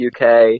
UK